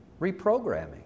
Reprogramming